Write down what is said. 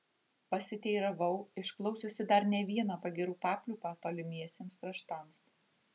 pasiteiravau išklausiusi dar ne vieną pagyrų papliūpą tolimiesiems kraštams